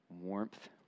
warmth